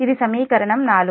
ఇది సమీకరణం 4